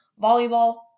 volleyball